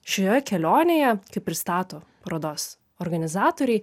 šioje kelionėje kaip pristato parodos organizatoriai